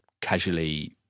casually